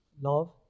love